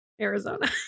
Arizona